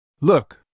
Look